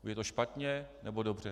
Je to špatně, nebo dobře?